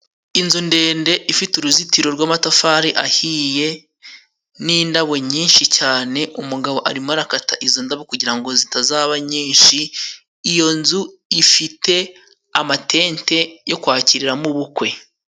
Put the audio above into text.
Inzu ndende ifite uruzitiro rw'amatafari ahiye, n'indabo nyinshi cyane umugabo arimo arakata izo ndabo kugira ngo zitazaba nyinshi, iyo nzu ifite amatente yo kwakirira mo ubukwe.